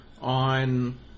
on